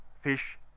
fish